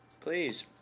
Please